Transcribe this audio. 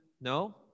no